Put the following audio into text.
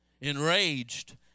Enraged